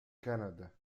canada